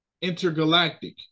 intergalactic